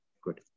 Good